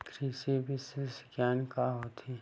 कृषि विशेषज्ञ का होथे?